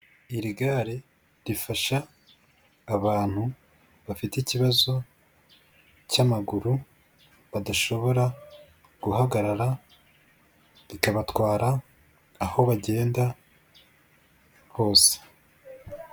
Iri gare rifasha abantu bafite ikibazo cy'amaguru badashobora guhagarara, rikabatwara aho bagenda hose.